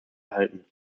erhalten